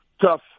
tough